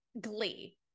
Glee